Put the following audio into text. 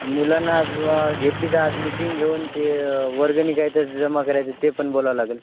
मुलांना आज घेतली तर आज मीटिंग घेऊन ते वर्गणी काय तर जमा करायचं ते पण बोलावं लागेल